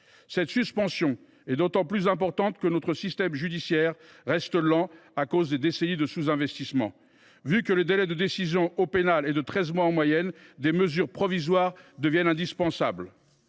Cette suspension est d’autant plus importante que notre système judiciaire reste lent, après des décennies de sous investissement. Le délai de décision au pénal atteignant en moyenne treize mois, des mesures provisoires deviennent indispensables.